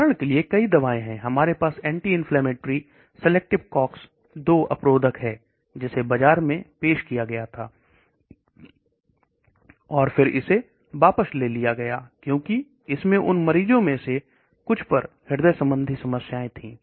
उदाहरण के लिए कई दवाएं हैं हमारे पास एंटी इन्फ्लेमेटरी कलेक्टिव कॉक्स 2 गुरुदत्त है जिसे बाजार में पेश किया गया था और फिर से वापस ले लिया गया क्योंकि इसमें उन मरीजों में से कुछ पर हृदय संबंधी समस्याएं थी